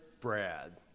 Brad